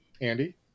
Andy